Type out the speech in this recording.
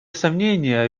сомнения